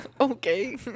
Okay